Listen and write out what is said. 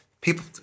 people